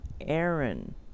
Aaron